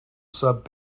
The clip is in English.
sub